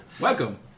Welcome